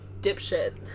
Dipshit